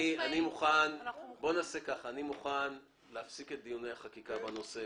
אני מוכן להפסיק את דיוני החקיקה בנושא.